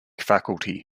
faculty